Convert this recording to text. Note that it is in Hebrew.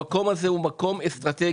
המקום הזה הוא מקום אסטרטגי,